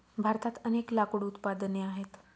भारतात अनेक लाकूड उत्पादने आहेत